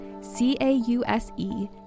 C-A-U-S-E